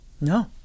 No